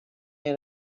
end